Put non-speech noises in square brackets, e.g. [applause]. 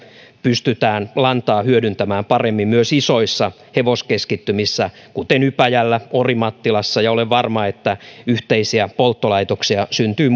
pystytään lantaa hyödyntämään paremmin myös isoissa hevoskeskittymissä kuten ypäjällä ja orimattilassa ja olen varma että yhteisiä polttolaitoksia syntyy [unintelligible]